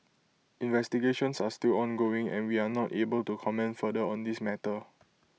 investigations are still ongoing and we are not able to comment further on this matter